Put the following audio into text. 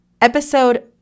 Episode